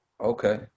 Okay